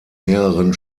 mehreren